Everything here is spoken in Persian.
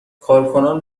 کارکنان